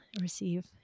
receive